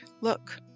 Look